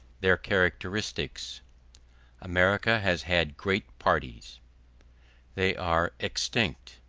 their characteristics america has had great parties they are extinct